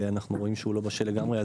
ואנחנו רואים שהוא לא בשל לגמרי,